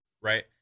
right